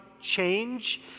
change